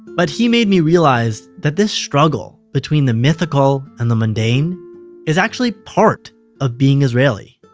but he made me realize that this struggle between the mythical and the mundane is actually part of being israeli